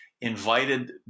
invited